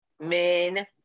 men